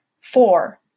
Four